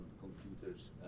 computers